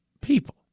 people